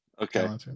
Okay